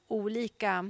olika